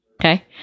Okay